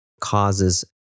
causes